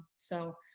so,